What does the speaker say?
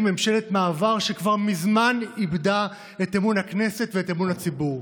ממשלת מעבר שכבר מזמן איבדה את אמון הכנסת ואת אמון הציבור.